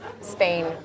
Spain